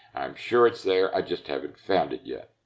i'm sure it's there, i just haven't found it yet.